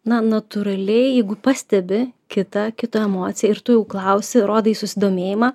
na natūraliai jeigu pastebi kitą kito emociją ir tu jau klausi rodai susidomėjimą